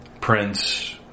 Prince